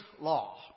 Law